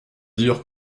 dire